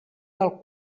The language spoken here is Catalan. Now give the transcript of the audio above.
del